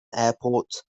airport